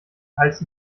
hals